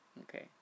Okay